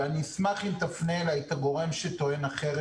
ואני אשמח אם תפנה אלי את הגורם שטוען אחרת,